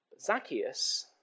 Zacchaeus